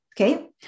okay